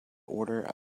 order